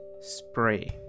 spray